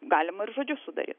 galima ir žodžiu sudaryt